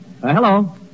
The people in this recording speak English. Hello